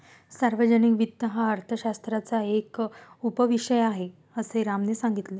सार्वजनिक वित्त हा अर्थशास्त्राचा एक उपविषय आहे, असे रामने सांगितले